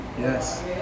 yes